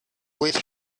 with